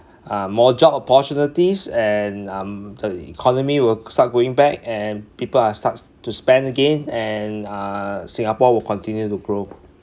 uh more job opportunities and um the economy will start going back and people are starts to spend again and uh singapore will continue to grow